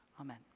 Amen